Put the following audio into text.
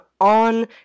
on